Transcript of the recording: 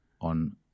on